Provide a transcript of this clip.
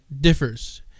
differs